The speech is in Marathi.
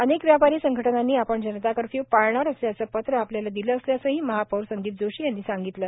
अनेक व्यापारी संघटनांनी आपण जनता कर्फ्यू पाळणार असल्याचे पत्र आपल्याला दिले असल्याचेही महापौर संदीप जोशी यांनी सांगितले